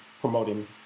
promoting